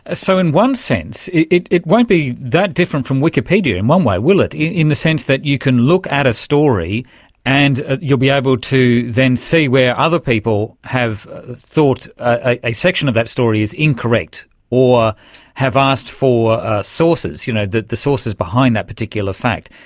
ah so in one sense it it won't be that different from wikipedia in one way, will it, in the sense that you can look at a story and you'll be able to then see where other people have thought ah a section of that story is incorrect incorrect or have asked for sources, you know the sources behind that particular fact.